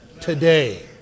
today